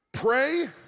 Pray